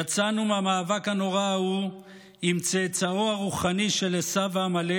יצאנו מהמאבק הנורא ההוא עם צאצאו הרוחני של עשו ועמלק